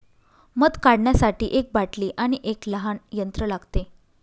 मध काढण्यासाठी एक बाटली आणि एक लहान यंत्र लागते